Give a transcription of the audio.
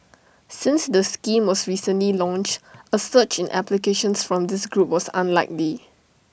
since the scheme was recently launched A surge in applications from this group was unlikely